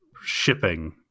shipping